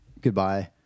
goodbye